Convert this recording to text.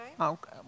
Okay